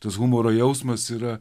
tas humoro jausmas yra